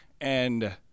and-